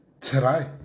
today